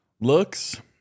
Looks